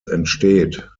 entsteht